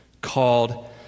called